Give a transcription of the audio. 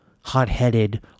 hot-headed